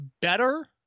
better